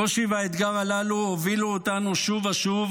הקושי והאתגר הללו הובילו אותנו שוב ושוב